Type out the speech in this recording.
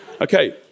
Okay